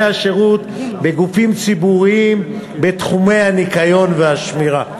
השירות בגופים ציבוריים בתחומי הניקיון והשמירה.